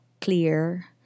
clear